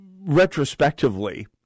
retrospectively